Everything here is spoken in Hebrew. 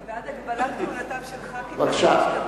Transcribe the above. אני בעד הגבלת כהונתם של ח"כים, בבקשה,